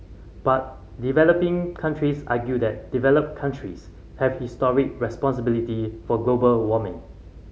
but developing countries argue that developed countries have history responsibility for global warming